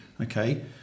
Okay